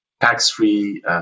tax-free